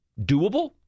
doable